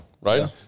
right